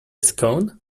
scone